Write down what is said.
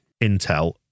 intel